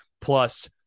plus